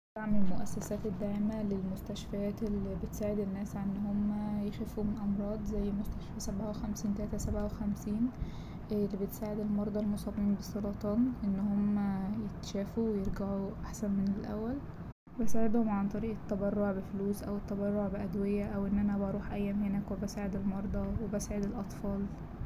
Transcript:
دعم المؤسسات الداعمه للمستشفيات اللي بتساعد الناس عن إن هما يخفوا من أمراض زي مستشفى سبعة وخمسين تلاتة سبعة وخمسين اللي بتساعد المرضى المصابين بالسرطان إن هما يتشافوا ويرجعوا أحسن من الأول، بساعدهم عن طريق التبرع بفلوس أو التبرع بأدوية أو إن أنا بروح أيام هناك وبساعد والمرضى وبساعد الأطفال.